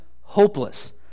hopeless